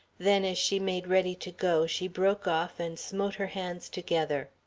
then, as she made ready to go, she broke off and smote her hands together.